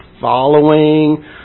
following